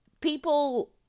people